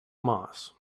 moss